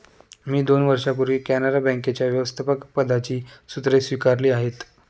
मी दोन वर्षांपूर्वी कॅनरा बँकेच्या व्यवस्थापकपदाची सूत्रे स्वीकारली आहेत